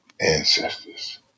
ancestors